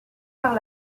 par